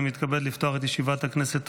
אני מתכבד לפתוח את ישיבת הכנסת.